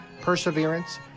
perseverance